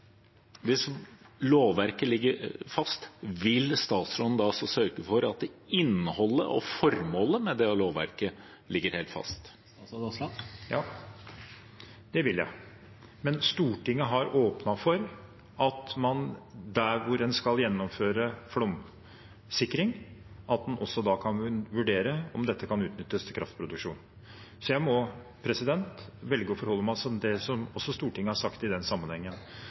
Hvis lovverket ligger fast, vil statsråden da også sørge for at innholdet og formålet med det lovverket ligger helt fast? Ja, det vil jeg, men Stortinget har åpnet for at man der hvor man skal gjennomføre flomsikring, også kan vurdere om dette kan utnyttes til kraftproduksjon. Jeg må velge å forholde meg til det Stortinget også har sagt i den sammenhengen,